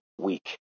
week